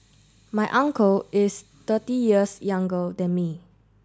my uncle is thirty years younger than me